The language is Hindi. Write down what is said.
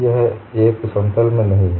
यह एक समतल में नहीं है